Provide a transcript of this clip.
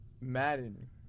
Madden